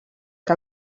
que